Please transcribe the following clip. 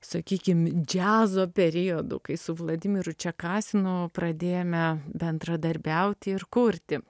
sakykim džiazo periodų kai su vladimiru čekasinu pradėjome bendradarbiauti ir kurti